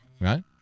right